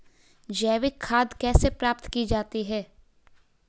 जैविक खाद कैसे प्राप्त की जाती है?